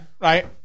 right